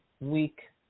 Week